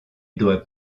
doit